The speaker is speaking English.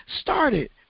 started